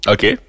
Okay